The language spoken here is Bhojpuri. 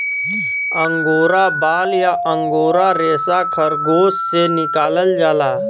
अंगोरा बाल या अंगोरा रेसा खरगोस से निकालल जाला